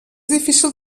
difícil